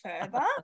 further